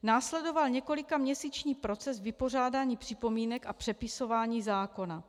Následoval několikaměsíční proces vypořádání připomínek a přepisování zákona.